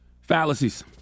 Fallacies